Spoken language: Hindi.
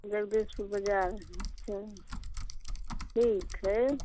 जगदीशपुर बाज़ार अच्छा ठीक है